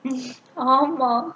ஆமா:aamaa